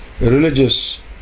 religious